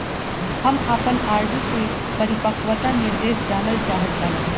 हम आपन आर.डी के परिपक्वता निर्देश जानल चाहत बानी